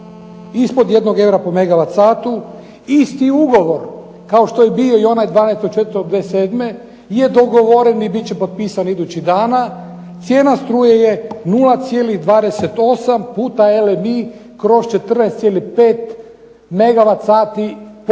ispod 1 eura po megawat satu, ispod 1 eura, isti ugovor kao što je bio onaj 12. 4. 2007. je dogovoren i biti će potpisan idućih dana, cijena struje je 0,28 puta ELB kroz 14,5 megawat sati po toni